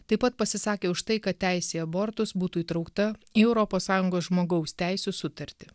taip pat pasisakė už tai kad teisė į abortus būtų įtraukta į europos sąjungos žmogaus teisių sutartį